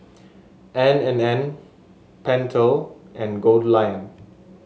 N and N Pentel and Goldlion